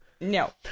No